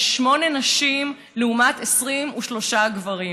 יש שמונה נשים לעומת 23 גברים.